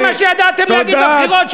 זה מה שידעתם להגיד בבחירות.